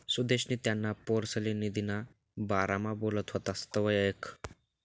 सुदेशनी त्याना पोरसले निधीना बारामा बोलत व्हतात तवंय ऐकं